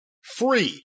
Free